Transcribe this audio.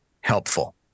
helpful